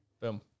Boom